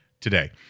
today